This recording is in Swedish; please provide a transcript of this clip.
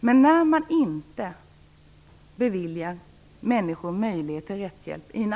Man beviljar inte människor möjlighet till rättshjälp i